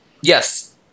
Yes